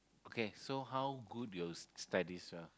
okay so how good your s~ studies ah